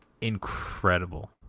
incredible